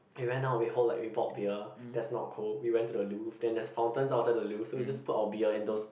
we went out we hold like we bought beer that's not cold we went to the Louvre then there's fountains outside the Louvre so we just put our beers in those